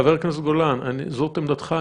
חבר הכנסת גולן, זו עמדתך.